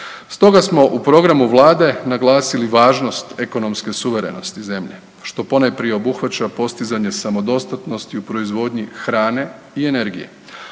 Stoga smo u programu Vlade naglasili važnost ekonomske suverenosti zemlje, što ponajprije obuhvaća postizanje samodostatnosti u proizvodnji hrane i energije,